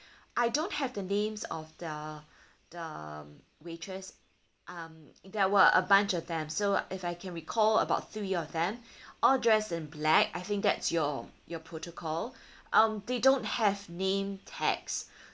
I don't have the names of the the waitress um there were a bunch of them so if I can recall about three of them all dressed in black I think that's your your protocol um they don't have name tags